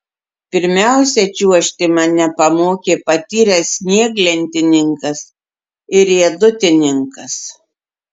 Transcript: pirmiausia čiuožti mane pamokė patyręs snieglentininkas ir riedutininkas